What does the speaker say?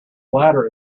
latter